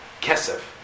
kesef